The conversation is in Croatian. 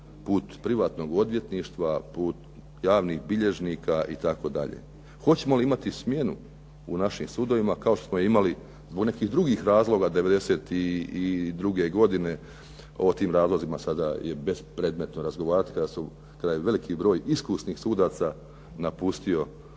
put privatnog odvjetništva, put javnih bilježnika itd.? Hoćemo li imati smjenu u našim sudovima kao što smo imali zbog nekih drugih razloga '92. godine? O tim razlozima sada je bespredmetno raspravljati kada je veliki broj iskusnih sudaca napustio